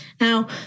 Now